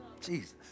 Jesus